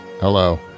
Hello